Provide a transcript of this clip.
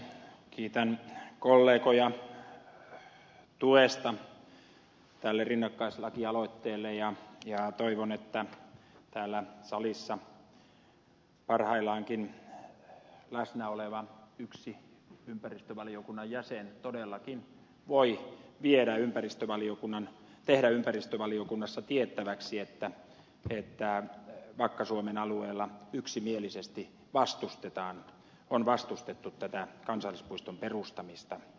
kiitän kollegoja tuesta tälle rinnakkaislakialoitteelle ja toivon että täällä salissa parhaillaankin läsnä oleva yksi ympäristövaliokunnan jäsen todellakin voi tehdä ympäristövaliokunnassa tiettäväksi että vakka suomen alueella yksimielisesti on vastustettu tätä kansallispuiston perustamista